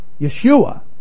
Yeshua